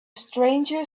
stranger